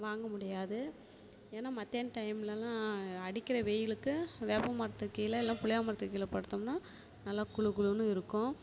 வாங்க முடியாது ஏன்னா மத்தியான டைம்மில்லாம் அடிக்கிற வெயிலுக்கு வேப்ப மரத்துக்கு கீழ இல்லைன்னா புளிய மரத்துக்கு கீழ படுத்தோம்ன்னா நல்லா குளு குளுன்னு இருக்கும்